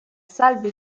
salve